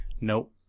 Nope